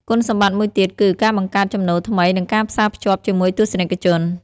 គុណសម្បត្តិមួយទៀតគឺ ការបង្កើតចំណូលថ្មីនិងការផ្សាភ្ជាប់ជាមួយទស្សនិកជន។